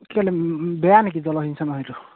কেলৈ বেয়া নেকি জলসিঞ্চনৰ হেৰিটো